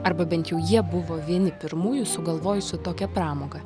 arba bent jau jie buvo vieni pirmųjų sugalvojusių tokią pramogą